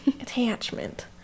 attachment